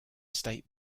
state